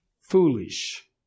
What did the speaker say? Foolish